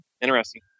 Interesting